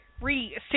re